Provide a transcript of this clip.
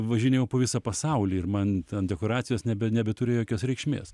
važinėjau po visą pasaulį ir man ten dekoracijos nebe nebeturi jokios reikšmės